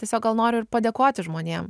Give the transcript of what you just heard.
tiesiog gal noriu ir padėkoti žmonėm